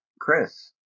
Chris